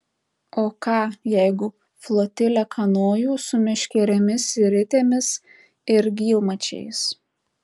o ką jeigu flotilę kanojų su meškerėmis ir ritėmis ir gylmačiais